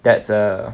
that's a